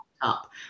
up